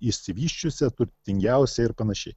išsivysčiusia turtingiausia ir panašiai